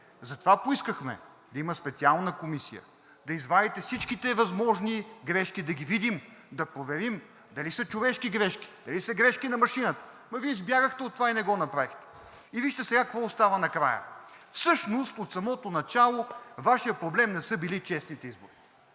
Затова поискахме да има специална комисия, да извадите всички възможни грешки, да ги видим, да проверим дали са човешки грешки, дали са грешки на машината. Ама вие избягахте от това и не го направихте. Вижте сега какво остава накрая! Всъщност от самото начало Вашият проблем не са били честните избори.